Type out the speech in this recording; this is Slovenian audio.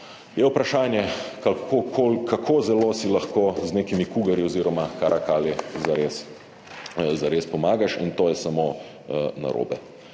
je vprašanje, kako zelo si lahko z nekimi cougarji oziroma caracali zares pomagaš, in to je samo narobe.